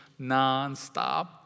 nonstop